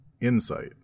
Insight